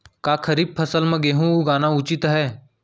का खरीफ फसल म गेहूँ लगाना उचित है?